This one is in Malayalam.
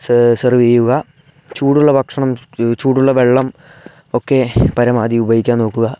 സെർവെയ്യുക ചൂടുള്ള ഭക്ഷണം ചൂടുള്ള വെള്ളം ഒക്കെ പരമാധി ഉപയോഗിക്കാൻ നോക്കുക